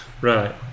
Right